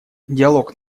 диалог